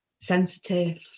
sensitive